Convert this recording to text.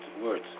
words